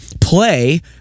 play